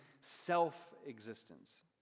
self-existence